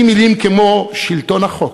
אם מילים כמו שלטון החוק,